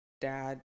dad